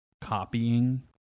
copying